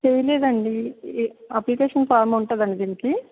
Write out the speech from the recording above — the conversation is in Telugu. చేయలేదండి అప్లికేషను ఫాము ఉంటుందా అండి దినికి